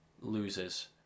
loses